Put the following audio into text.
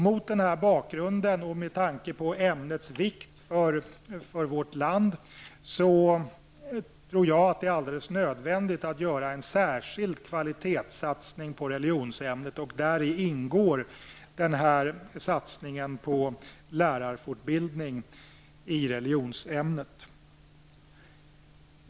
Mot denna bakgrund, och med tanke på ämnets vikt för vårt land, är det enligt min mening alldeles nödvändigt att göra en särskild kvalitetssatsning på religionsämnet, och däri ingår en satsning på lärarfortbildning i religionsämnet.